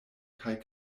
kaj